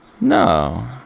No